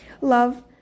Love